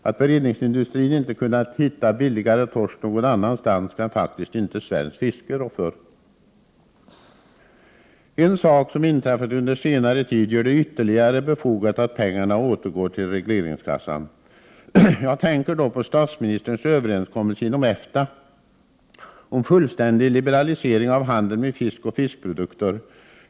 Att beredningsindustrin inte kunnat hitta billigare torsk någon annanstans kan faktiskt inte svenskt fiske rå för. En sak som inträffat under senare tid gör det ytterligare befogat att pengarna återgår till regleringskassan. Jag tänker då på statsministerns överenskommelse inom EFTA om fullständig liberalisering av handeln med fisk och fiskprodukter.